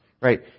right